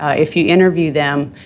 ah if you interview them,